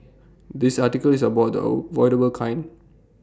this article is about the avoidable kind